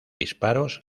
disparos